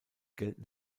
gelten